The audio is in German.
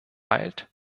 bald